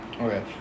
Okay